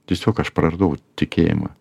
tiesiog aš praradau tikėjimą